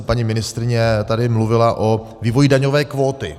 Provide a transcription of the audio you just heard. Paní ministryně tady mluvila o vývoji daňové kvóty.